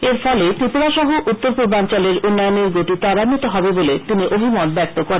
এর ফলে ত্রিপুরা সহ উত্তর পূর্বাঞ্চলের উন্নয়নের গতি তরাগ্বিত হবে বলে তিনি অভিমত ব্যক্ত করেন